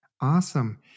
Awesome